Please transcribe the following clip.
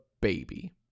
baby